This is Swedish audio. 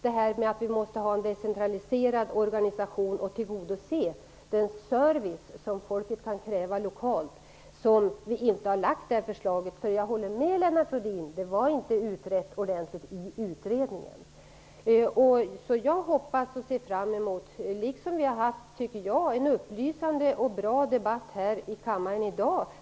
Därtill kommer att vi måste ha en decentraliserad organisation och måste kunna tillgodose behovet av den service som folket kan kräva lokalt. Jag håller med Lennart Rohdin om att detta inte var ordentligt penetrerat i utredningen. Jag tycker att vi har haft en upplysande och bra debatt här i kammaren i dag.